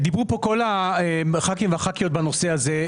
דיברו כאן חברי וחברות הכנסת בנושא הזה.